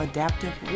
Adaptive